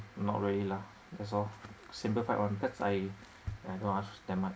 not really lah that's all simplified one cause I don't really ask that much